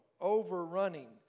overrunning